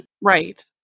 Right